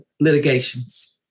litigations